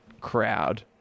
crowd